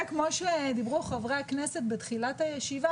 וכמו שדיברו חברי הכנסת בתחילת הישיבה,